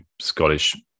Scottish